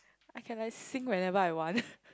I can like sing whenever I want